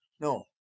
No